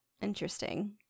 Interesting